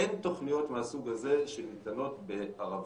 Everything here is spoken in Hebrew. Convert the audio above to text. אין תוכניות מהסוג הזה שניתנות בערבית.